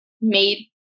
made